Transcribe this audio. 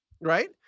right